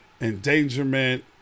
endangerment